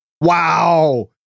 wow